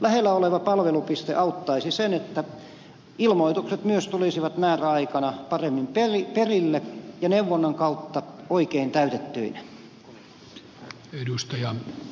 lähellä oleva palvelupiste auttaisi siinä että ilmoitukset myös tulisivat määräaikana paremmin perille ja neuvonnan kautta oikein täytettyinä